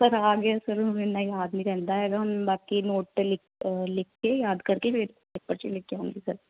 sir ਆ ਗਿਆ sir ਹੁਣ ਇੰਨਾ ਯਾਦ ਨਹੀਂ ਰਹਿੰਦਾ ਹੈਗਾ ਬਾਕੀ ਨੋਟ ਲਿਖ ਕੇ ਯਾਦ ਕਰਕੇ ਫਿਰ ਪੇਪਰ 'ਚ ਲਿਖ ਕੇ ਆਉਂਗੀ ਸਰ